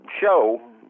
show